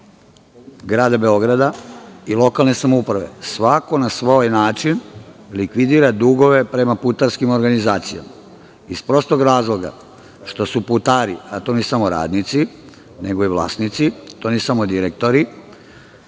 grada Beograda i lokalne samouprave, svako na svoj način likvidira dugove prema putarskim organizacijama, iz prostog razloga što su putari, ne samo radnici, nego i vlasnici, to nisu samo direktori,